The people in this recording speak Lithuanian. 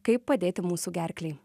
kaip padėti mūsų gerklei